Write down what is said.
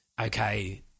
okay